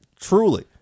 Truly